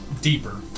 deeper